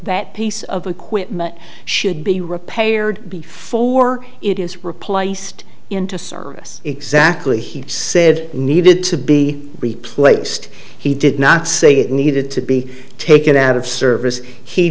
that piece of equipment should be repaired before it is replaced into service exactly he said needed to be replaced he did not say it needed to be taken out of service he